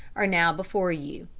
are now before you.